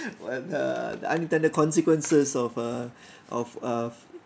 the the unintended consequences of uh of of